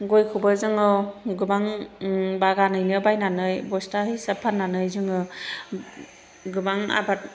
गयखौबो जोङो गोबां बागानैनो बायनानै बस्था हिसाब फाननानै जोङो गोबां आबाद